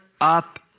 up